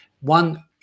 One